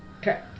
Okay